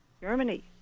Germany